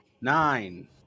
Nine